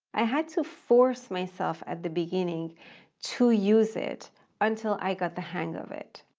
i had to force myself at the beginning to use it until i got the hang of it.